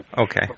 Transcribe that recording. Okay